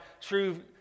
true